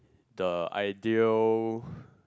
the ideal